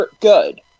good